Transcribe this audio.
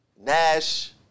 Nash